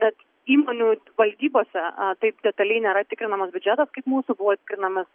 bet įmonių valdybose taip detaliai nėra tikrinamas biudžetas kaip mūsų buvo tikrinamas